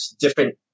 different